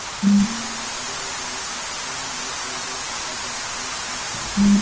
विभिन्न सरकारी अउरी प्राइवेट संस्थासन में निवेश कईल गईल पईसा के इन्वेस्टमेंट फंड कहल जाला